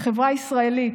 כחברה ישראלית,